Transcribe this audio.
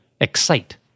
EXCITE